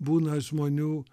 būna žmonių